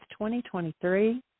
2023